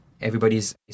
Everybody's